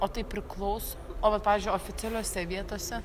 o tai priklaus o vat pavyzdžiui oficialiose vietose